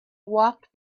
walked